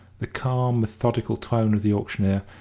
the calm, methodical tone of the auctioneer,